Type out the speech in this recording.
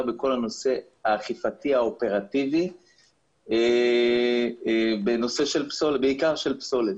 בכל הנושא האכיפתי האופרטיבי בנושא בעיקר של פסולת,